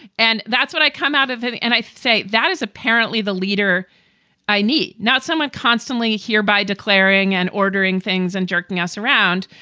and that's when i come out of it. and i say that is apparently the leader i need, not someone constantly here by declaring and ordering things and jerking us around.